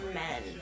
men